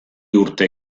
urte